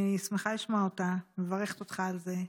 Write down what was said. אני שמחה לשמוע אותה ומברכת אותך על זה.